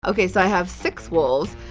okay, so i have six wolves.